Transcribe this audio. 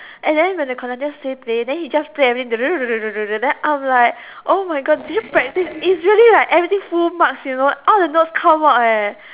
and then when the conductor say play then he just play and then I'm like oh my god did you practice easily like everything full marks you know out of no come out leh